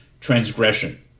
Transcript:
transgression